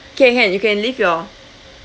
can can you can leave your